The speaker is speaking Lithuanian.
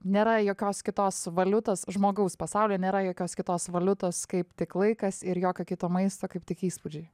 nėra jokios kitos valiutos žmogaus pasaulyje nėra jokios kitos valiutos kaip tik laikas ir jokio kito maisto kaip tik įspūdžiai